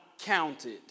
counted